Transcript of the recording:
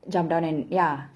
jump down and ya